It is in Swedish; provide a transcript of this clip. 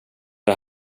det